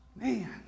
Man